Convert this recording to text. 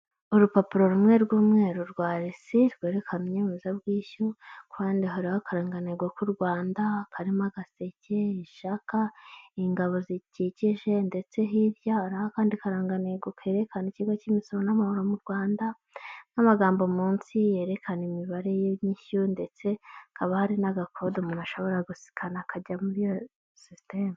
Urupapuro rumwe rw'umweru rwa resi rwerekana inyemezabwishyu kandi hariho akaranfantego k'u Rwanda karimo gaseke, ishaka, ingabo zikikije ndetse hiriho akandi karangantego karekare k'ikigo cy'imisoro n'amahoro mu Rwanda n'amagambo munsi yerekana imibare y'inyishyu ndetse kaba hari n'agakode umuntu ashobora gusikana kajya muri sisiteme.